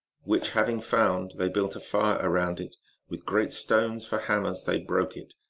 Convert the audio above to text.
which having found, they built a fire around it with great stones for hammers they broke it,